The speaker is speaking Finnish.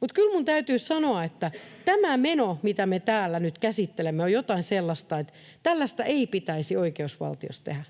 mutta kyllä minun täytyy sanoa, että tämä meno, mitä me täällä nyt käsittelemme, on jotain sellaista, että tällaista ei pitäisi oikeusvaltiossa tehdä.